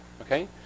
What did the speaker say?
okay